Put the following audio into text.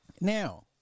Now